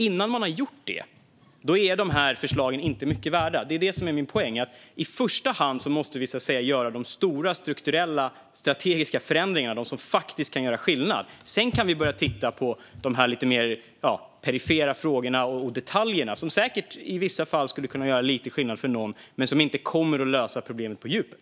Innan man har gjort det är förslagen i betänkandet inte mycket värda. Det är min poäng. I första hand måste vi göra de stora strukturella och strategiska förändringarna, de som faktiskt kan göra skillnad. Sedan kan vi börja titta på de lite mer perifera frågorna och detaljerna, som i vissa fall säkert skulle kunna göra lite skillnad för någon men som inte kommer att lösa problemet på djupet.